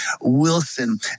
Wilson